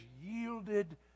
yielded